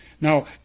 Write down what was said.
Now